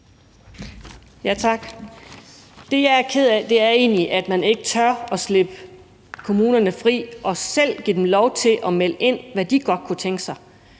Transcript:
Tak. Det, jeg er ked af, er egentlig, at man ikke tør at slippe kommunerne fri og give dem lov til selv at melde ind, i forhold til hvor de godt kunne tænke sig